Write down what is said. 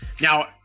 now